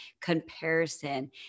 comparison